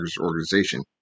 organization